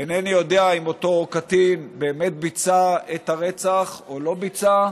אינני יודע אם אותו קטין באמת ביצע את הרצח או לא ביצע,